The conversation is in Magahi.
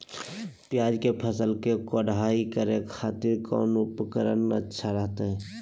प्याज के फसल के कोढ़ाई करे खातिर कौन उपकरण अच्छा रहतय?